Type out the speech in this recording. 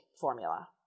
formula